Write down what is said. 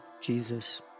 Jesus